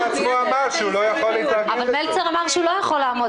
מלצר עצמו אמר שהוא לא יכול לעמוד